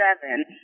seven